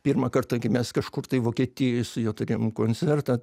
pirmą kartą gimęs kažkur tai vokietijoj su juo turėjom koncertą